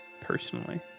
personally